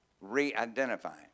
re-identifying